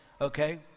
Okay